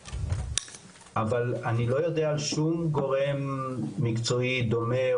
אבל אני לא יודע על שום גורם מקצועי דומה,